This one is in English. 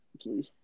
please